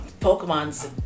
pokemon's